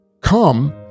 come